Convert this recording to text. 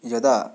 यदा